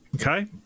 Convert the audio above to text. Okay